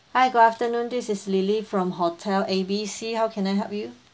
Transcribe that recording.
hi good afternoon this is lily from hotel A B C how can I help you